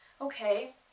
okay